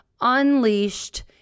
unleashed